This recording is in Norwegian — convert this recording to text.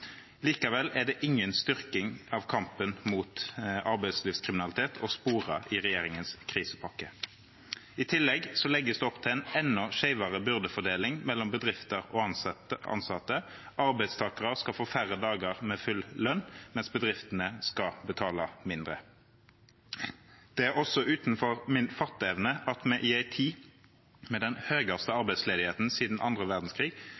Likevel er det ingen styrking av kampen mot arbeidslivskriminalitet å spore i regjeringens krisepakke. I tillegg legges det opp til en enda skjevere byrdefordeling mellom bedrifter og ansatte. Arbeidstakere skal få færre dager med full lønn, mens bedriftene skal betale mindre. Det er også utenfor min fatteevne at vi i en tid med den høyeste arbeidsledigheten siden andre